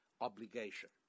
obligation